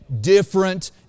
different